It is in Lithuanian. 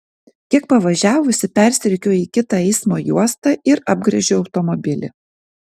kiek pavažiavusi persirikiuoju į kitą eismo juostą ir apgręžiu automobilį